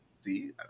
See